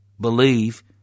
believe